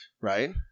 Right